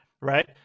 right